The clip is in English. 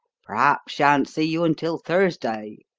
perhaps shan't see you until thursday.